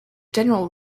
general